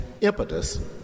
impetus